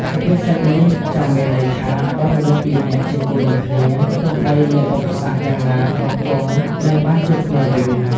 សុភាសិតនេះចង់មានន័យថា បើមនុស្សពីរនាក់ជាគូនឹងគ្នា ទោះបីមានឧបសគ្គយ៉ាងណាក៏គង់នឹងបានជួបគ្នាវិញ។